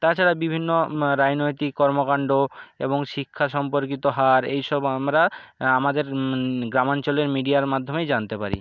তাছাড়া বিভিন্ন রাজনৈতিক কর্মকান্ড এবং শিক্ষা সম্পর্কিত হার এই সব আমরা আমাদের গ্রামাঞ্চলের মিডিয়ার মাধ্যমেই জানতে পারি